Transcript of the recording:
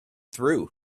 through